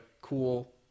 cool